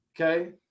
Okay